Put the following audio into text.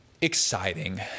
exciting